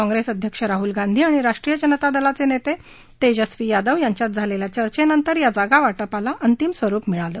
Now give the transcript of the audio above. काँग्रेस अध्यक्ष राहल गांधी आणि राष्ट्रीय जनता दलाचे नेते तेजस्वी यादव यांच्यात झालेल्या चर्चेनंतर या जागावाटपाला अंतिम स्वरुप मिळालं